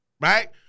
right